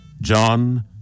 John